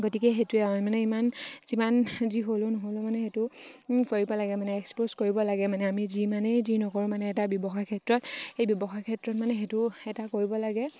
গতিকে সেইটোৱে আৰু মানে ইমান যিমান যি হ'লেও নহ'লেও মানে সেইটো কৰিব লাগে মানে এক্সপ'জ কৰিব লাগে মানে আমি যিমানেই যি নকৰোঁ মানে এটা ব্যৱসায় ক্ষেত্ৰত সেই ব্যৱসায় ক্ষেত্ৰত মানে সেইটো এটা কৰিব লাগে